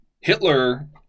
Hitler